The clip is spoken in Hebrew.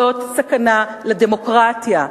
זאת סכנה לדמוקרטיה.